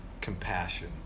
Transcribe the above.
compassion